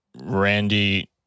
Randy